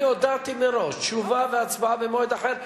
אני הודעתי מראש "תשובה והצבעה במועד אחר",